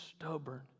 stubborn